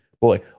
boy